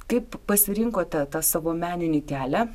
kaip pasirinkote tą savo meninį kelią